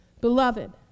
Beloved